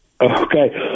Okay